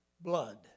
blood